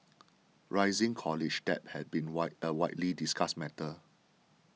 rising college debt has been wide a widely discussed matter